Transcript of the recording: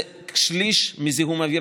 זה כשליש מזיהום אוויר